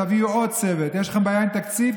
תביאו עוד צוות, יש לכם בעיה עם תקציב?